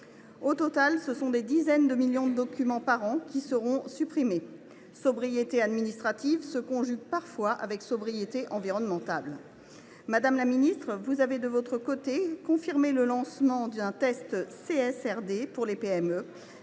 Au total, ce sont des dizaines de millions de documents par an qui seront supprimés. Sobriété administrative se conjugue parfois au mieux avec sobriété environnementale. Madame la secrétaire d’État, vous avez de votre côté confirmé le lancement d’un « test CSRD »() pour les PME.